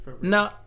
No